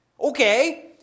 Okay